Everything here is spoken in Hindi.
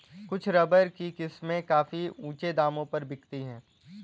कुछ रबर की किस्में काफी ऊँचे दामों पर बिकती है